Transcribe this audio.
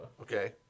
Okay